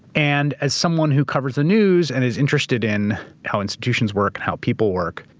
and as someone who covers the news and is interested in how institutions work and how people work,